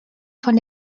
von